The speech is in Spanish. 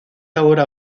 ahora